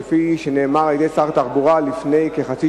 שכפי שנאמר על-ידי שר התחבורה לפני כחצי